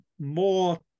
more